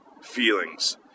feelings